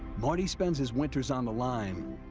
marty spends his winters on the line,